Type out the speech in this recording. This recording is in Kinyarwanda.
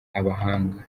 abahanga